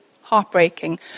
heartbreaking